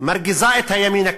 מרגיזה את הימין הקיצוני,